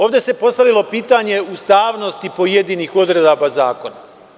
Ovde se postavilo pitanje ustavnosti pojedinih odredaba zakona.